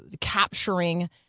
capturing